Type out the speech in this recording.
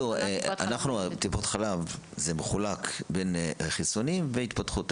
--- טיפות חלב זה מחולק בין חיסונים והתפתחות הילד.